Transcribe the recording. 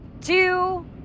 two